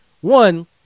One